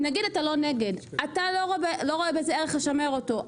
נגיד אתה לא נגד, אתה לא רואה בזה ערך לשמר אותו.